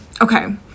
okay